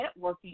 networking